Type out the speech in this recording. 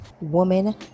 Woman